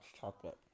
chocolate